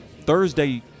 Thursday